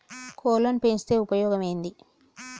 కోళ్లని పెంచితే ఉపయోగం ఏంది?